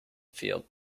field